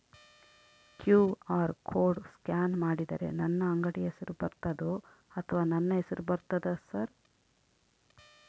QR code scan ಮಾಡಿದರೆ ನನ್ನ ಅಂಗಡಿ ಹೆಸರು ಬರ್ತದೋ ಅಥವಾ ನನ್ನ ಹೆಸರು ಬರ್ತದ ಸರ್?